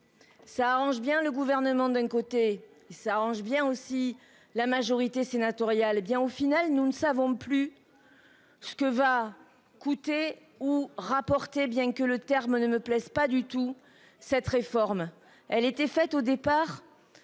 Ça arrange bien le gouvernement d'un côté s'arrange bien aussi. La majorité sénatoriale bien au final, nous ne savons plus. Ce que va coûter ou rapporter bien que le terme ne me plaisent pas du tout cette réforme elle était faites au départ.